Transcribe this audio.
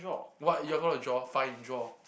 what you are gonna draw five in draw